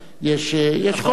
יש כל מיני,